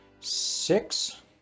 Six